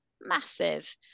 massive